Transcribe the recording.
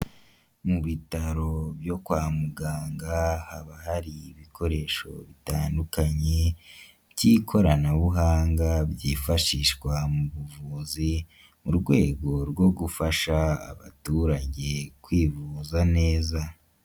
Mu bitaro byo kwa muganga haba hari ibikoresho bitandukanye by'ikoranabuhanga, byifashishwa mu buvuzi mu rwego rwo gufasha abaturage kwivuza neza.